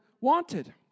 wanted